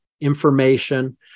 information